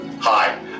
Hi